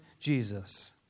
Jesus